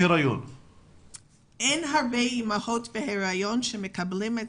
אין הרבה אימהות בהיריון שמקבלות את